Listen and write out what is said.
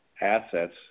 assets